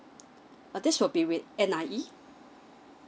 but this will be with N_I_E